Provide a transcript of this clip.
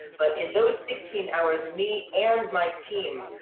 but in those sixteen hours, me and my team,